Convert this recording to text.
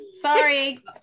sorry